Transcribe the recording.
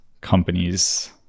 companies